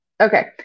Okay